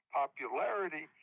popularity